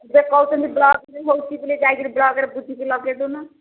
ଯେ କହୁଛନ୍ତି ବ୍ଲକ୍ରେ ହେଉଛି ବୋଲେ ଯାଇକିରି ବ୍ଲକ୍ରେ ବୁଝିକି ଲଗେଇ ଦଉନ